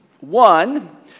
one